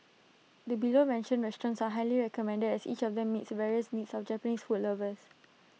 the below mentioned restaurants are highly recommended as each of them meets various needs of Japanese food lovers